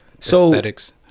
aesthetics